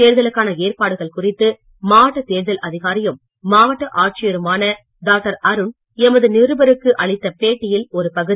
தேர்தலுக்கான ஏற்பாடுகள் குறித்து மாவட்ட தேர்தல் அதிகாரியும் மாவட்ட ஆட்சியருமான டாக்டர் அருண் எமது நிருபருக்கு அளித்த பேட்டியில் ஒரு பகுதி